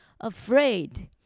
afraid